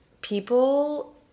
people